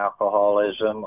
alcoholism